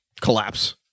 collapse